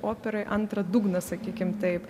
operoj antrą dugną sakykim taip